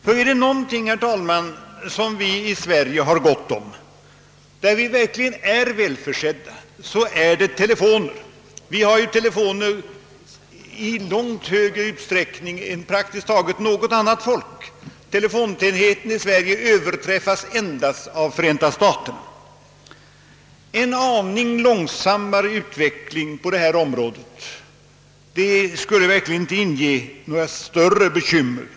Ty är det någonting, herr talman, som vi i Sverige har gott om — där vi verkligen är välförsedda — så är det telefoner. Vi har ju telefoner i långt större utsträckning än praktiskt taget något annat folk; Sverige överträffas i fråga om telefontäthet endast av Förenta staterna. En aning långsammare utveckling på detta område skulle verkligen inte inge några större bekymmer.